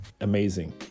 Amazing